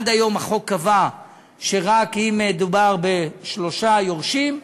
עד היום החוק קבע שרק אם מדובר בשלושה יורשים,